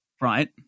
Right